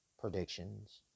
predictions